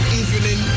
evening